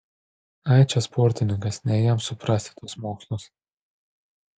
ai čia sportininkas ne jam suprasti tuos mokslus